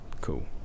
Cool